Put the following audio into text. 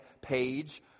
page